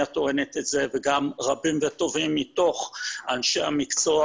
טוענת את זה וגם רבים וטובים מתוך אנשי המקצוע